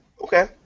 Okay